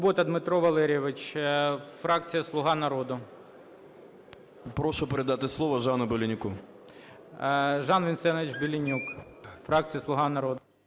Прошу передати слово Жану Беленюку.